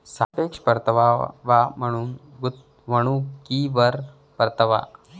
सापेक्ष परतावा म्हणजे गुंतवणुकीवर परतावा